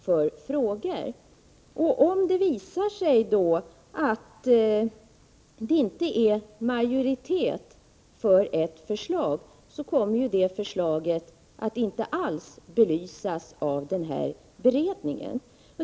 Visar det sig då att det inte är majoritet för ett visst förslag, så kommer ju det förslaget att inte alls belysas av beredningen.